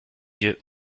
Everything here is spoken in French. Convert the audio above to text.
yeux